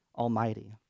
Almighty